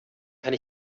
kann